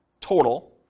total